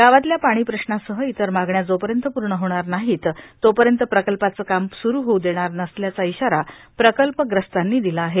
गावातल्या पाणी प्रश्नासह इतर मागण्या जोपर्यंत पूर्ण होणार नाहीत तोपर्यंत प्रकल्पाचं काम सूरू होऊ देणार नसल्याचा इशारा प्रकल्पग्रस्तांनी दिला आहे